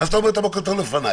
אז אתה אומר את הבוקר טוב לפניי.